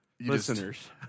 listeners